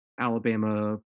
Alabama